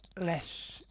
less